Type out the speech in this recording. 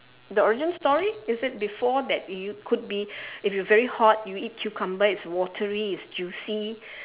the origin story is it before that you could be if you very hot you eat cucumber it's watery it's juicy